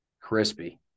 Crispy